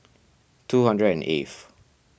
two hundred and eighth